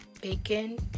bacon